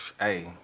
Hey